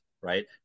Right